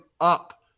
up